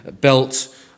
built